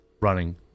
running